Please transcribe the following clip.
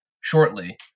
shortly